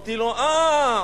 אמרתי לו: אה,